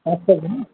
হৈছে গৈ ন